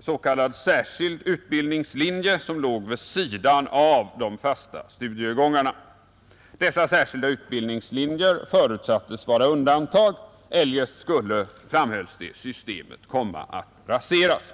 s.k. särskild utbildningslinje, som låg vid sidan av de fasta studiegångarna. Dessa särskilda utbildningslinjer förutsattes vara undantag. Eljest skulle, framhölls det, systemet komma att raseras.